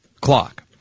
clock